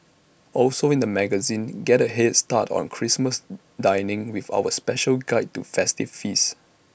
also in the magazine get A Head start on Christmas dining with our special guide to festive feasts